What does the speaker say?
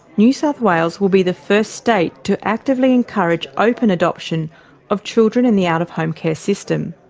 new south wales will be the first state to actively encourage open adoption of children in the out-of-home care system.